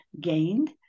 gained